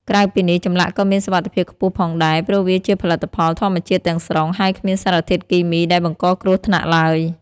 ក្រៅពីនេះ ចម្លាក់ក៏មានសុវត្ថិភាពខ្ពស់ផងដែរ ព្រោះវាជាផលិតផលធម្មជាតិទាំងស្រុង ហើយគ្មានសារធាតុគីមីដែលបង្កគ្រោះថ្នាក់ឡើយ។